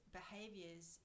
behaviors